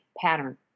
pattern